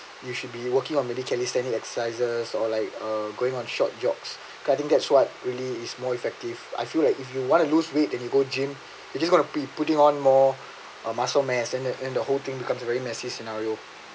you should be working on middle carry standing exercises or like uh going on short jogs cause I think that's what really is more effective I feel like if you want to lose weight and you go gym you just going to be putting on more uh muscle mass and the and the whole thing becomes a very messy scenario